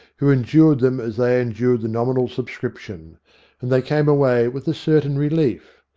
who endured them as they endured the nominal subscription and they came away with a certain relief,